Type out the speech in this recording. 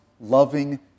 loving